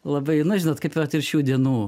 labai na žinot kaip vat ir šių dienų